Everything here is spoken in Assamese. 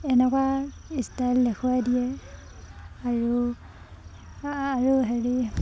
এনেকুৱা ষ্টাইল দেখুৱাই দিয়ে আৰু আৰু হেৰি